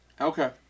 Okay